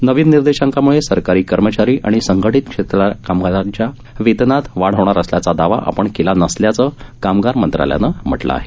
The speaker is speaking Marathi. नवीन निर्देशांकामुळे सरकारी कर्मचारी आणि संघटित क्षेत्रातल्या कामगारांच्या वेतनात वाढ होणार असल्याचा दावा आपण केला नसल्याचं कामगार मंत्रालयानं म्हटलं आहे